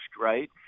right